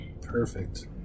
Perfect